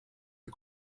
you